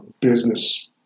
business